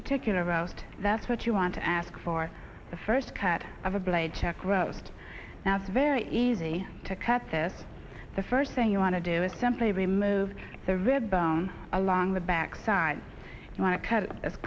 particular route that's what you want to ask for the first cut of a blade chuck roast now it's very easy to cut this the first thing you want to do is simply remove the rib bone along the back side you want to cut